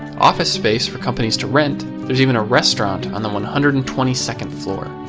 office space for companies to rent. there's even a restaurant on the one hundred and twenty second floor.